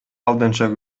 алдынча